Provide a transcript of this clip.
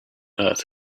earth